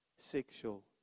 Sexual